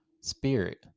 spirit